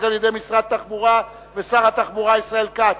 על-ידי משרד התחבורה ושר התחבורה ישראל כץ.